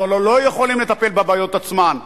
אנחנו הלוא לא יכולים לטפל בבעיות עצמן,